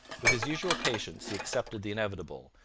with his usual patience he accepted the inevitable,